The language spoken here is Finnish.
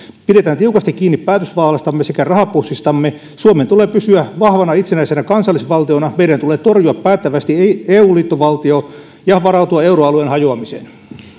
pidetään tiukasti kiinni päätösvallastamme sekä rahapussistamme suomen tulee pysyä vahvana itsenäisenä kansallisvaltiona meidän tulee torjua päättävästi eu liittovaltio ja varautua euroalueen hajoamiseen